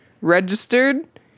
Registered